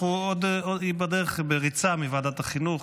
היא בדרך בריצה מוועדת החינוך.